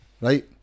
right